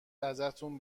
ازتون